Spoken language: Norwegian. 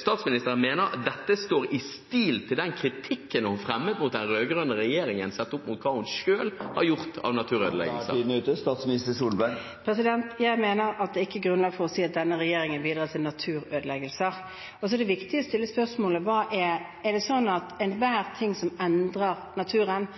statsministeren mener at dette står i stil med den kritikken hun fremmet mot den rød-grønne regjeringen – sett opp mot hva hun selv har gjort av naturødeleggelser? Jeg mener at det ikke er grunnlag for å si at denne regjeringen bidrar til naturødeleggelser. Det er viktig å stille spørsmålet: Er det slik at enhver ting som endrer naturen,